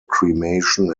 cremation